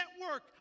network